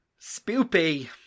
spoopy